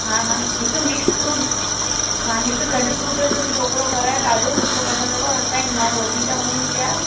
हा हा हिकु मिक्स फ्रूट हा हिकु गॾु फ्रूटनि जो बि टोकिरो करायो ॾाढो सुठो लॻंदव असांजे त माण्हू वठी था वञनि पिया